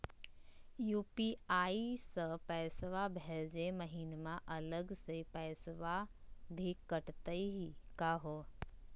UPI स पैसवा भेजै महिना अलग स पैसवा भी कटतही का हो?